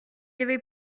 avait